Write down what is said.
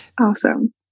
awesome